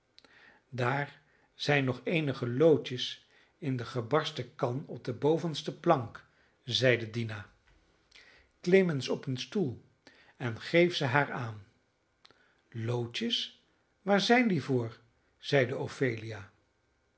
daar zijn nog eenige loodjes in de gebarsten kan op de bovenste plank zeide dina klim eens op een stoel en geef ze haar aan loodjes waar zijn die voor zeide ophelia